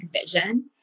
vision